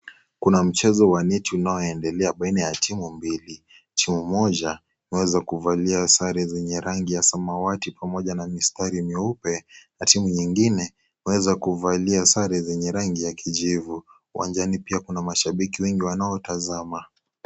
Kuna mchezo wa neti unaoendelea baina ya timu mbili, timu moja imeweza kuvalia sare zenye rangi ya samawati pamoja na mistari meupe na timu nyingine imeweza kuvalia sare zenye rangi ya kijivu. Uwanjani pia kuna mashabiki wengi wanaotazama.